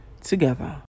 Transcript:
together